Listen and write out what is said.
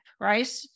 right